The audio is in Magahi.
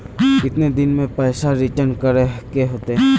कितने दिन में पैसा रिटर्न करे के होते?